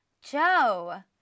Joe